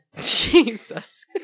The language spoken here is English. Jesus